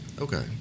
okay